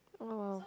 !wow!